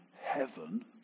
heaven